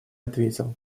ответил